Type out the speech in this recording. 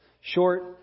short